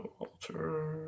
Walter